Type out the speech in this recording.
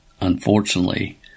unfortunately